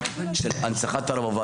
של הנצחת הרב עובדיה,